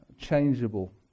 changeable